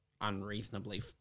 unreasonably